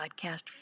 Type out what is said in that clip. Podcast